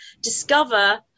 discover